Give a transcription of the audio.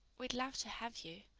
we'd love to have you.